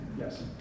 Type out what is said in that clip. yes